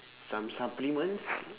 some supplements